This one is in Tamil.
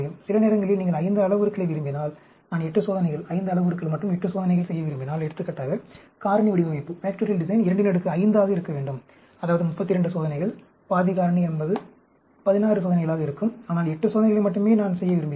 சில நேரங்களில் நீங்கள் 5 அளவுருக்களை விரும்பினால் நான் 8 சோதனைகள் 5 அளவுருக்கள் மற்றும் 8 சோதனைகள் செய்ய விரும்பினால் எடுத்துக்காட்டாக காரணி வடிவமைப்பு 25 ஆக இருக்க வேண்டும் அதாவது 32 சோதனைகள் பாதி காரணி என்பது 16 சோதனைகளாக இருக்கும் ஆனால் 8 சோதனைகள் மட்டுமே நான் செய்ய விரும்புகிறேன்